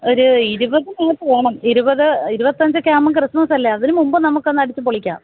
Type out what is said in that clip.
ഒരു ഇരുപതിനകത്തു വേണം ഇരുപത് ഇരുപത്തഞ്ചൊക്കെ ആകുമ്പോള് ക്രിസ്മസ് അല്ലേ അതിനുമുമ്പ് നമുക്കൊന്ന് അടിച്ചുപൊളിക്കാം